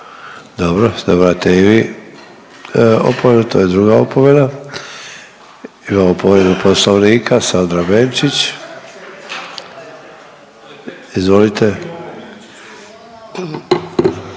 Dobivate i vi opomenu. To je druga opomena. Imamo povredu Poslovnika, Sandra Benčić. Izvolite.